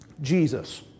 Jesus